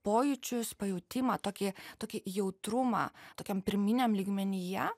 pojūčius pajautimą tokį tokį jautrumą tokiam pirminiam lygmenyje